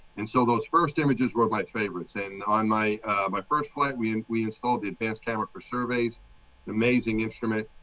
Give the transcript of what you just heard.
and so those first images were my favorites. and on my my first flight we and we installed the advanced camera for surveys amazing instrument.